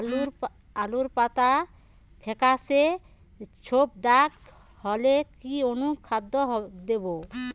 আলুর পাতা ফেকাসে ছোপদাগ হলে কি অনুখাদ্য দেবো?